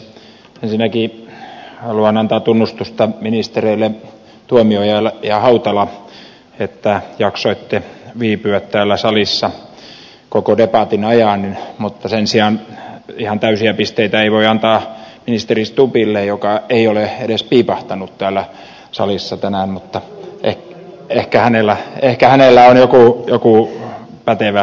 ensinnäkin haluan antaa tunnustusta ministereille tuomioja ja hautala että jaksoitte viipyä täällä salissa koko debatin ajan mutta sen sijaan ihan täysiä pisteitä ei voi antaa ministeri stubbille joka ei ole edes piipahtanut täällä salissa tänään mutta ehkä hänellä on joku pätevä syy siihen